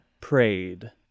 prayed